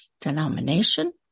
denomination